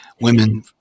women